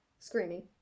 Screaming